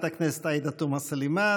לחברת הכנסת עאידה תומא סלימאן.